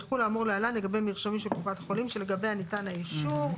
יחול האמור להלן לגבי מרשמים של קופת החולים שלגביה ניתן האישור,